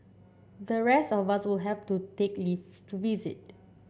the rest of us will have to take leave to visit